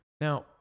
now